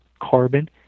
carbon